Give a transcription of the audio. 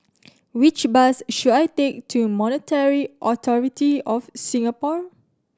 which bus should I take to Monetary Authority Of Singapore